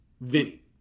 Vinny